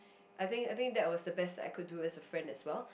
I think I think that's the best I could do as a friend as well